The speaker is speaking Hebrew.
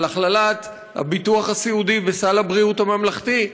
על הכללת הביטוח הסיעודי בסל הבריאות הממלכתי,